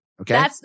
okay